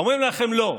אומרים לכם: לא.